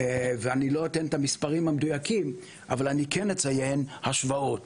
ואני לא אתן את המספרים המדויקים אבל אני כן אציין השוואות